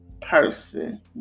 person